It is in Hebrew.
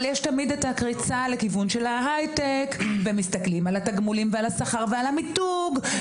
אבל יש תמיד קריצה להייטק ומסתכלים על התגמולים ועל השכר ועל המיתוג.